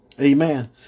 Amen